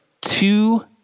Two